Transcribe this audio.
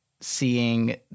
seeing